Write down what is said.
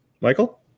Michael